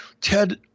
Ted –